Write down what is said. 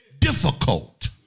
Difficult